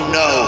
no